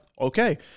Okay